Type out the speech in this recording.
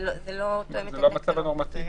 זה לא תואם את התקנות.